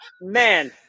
man